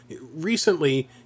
recently